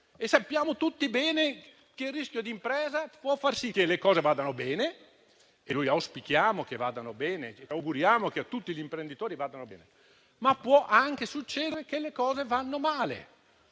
Sappiamo tutti bene che il rischio d'impresa può far sì che le cose vadano bene - e noi lo auspichiamo che vadano bene, come ci auguriamo che a tutti gli imprenditori vadano bene - ma può anche succedere che vadano male